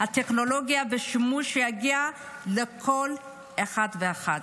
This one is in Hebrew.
שהטכנולוגיה והשימוש בה יגיעו לכל אחד ואחת.